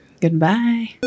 Goodbye